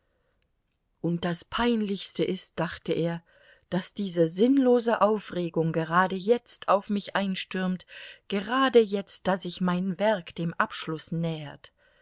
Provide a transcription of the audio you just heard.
und das peinlichste ist dachte er daß diese sinnlose aufregung gerade jetzt auf mich einstürmt gerade jetzt da sich mein werk dem abschluß nähert